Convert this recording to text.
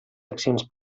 accions